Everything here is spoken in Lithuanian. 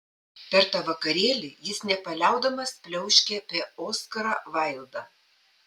per tą vakarėlį jis nepaliaudamas pliauškė apie oskarą vaildą